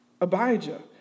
Abijah